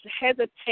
hesitate